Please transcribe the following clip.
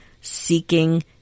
seeking